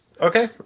Okay